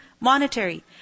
monetary